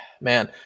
Man